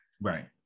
Right